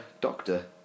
doctor